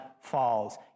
falls